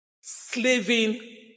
slaving